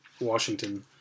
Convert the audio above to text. Washington